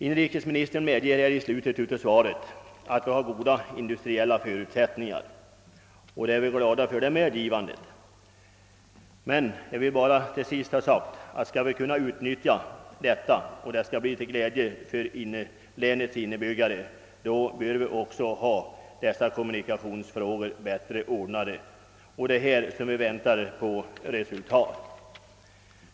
Inrikesministern medger i slutet av svaret att Värmlands län har goda industriella förutsättningar, och vi är glada över detta uttalande. Till sist vill jag ytterligare poängtera att om vi skall kunna utnyttja möjligheterna till glädje för länets invånare bör också kommunikationerna ordnas bättre, och det är på detta område vi väntar resultat.